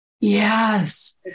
Yes